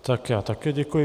Tak já také děkuji.